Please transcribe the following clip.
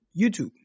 YouTube